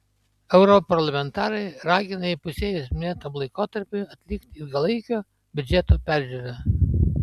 europarlamentarai ragina įpusėjus minėtam laikotarpiui atlikti ilgalaikio biudžeto peržiūrą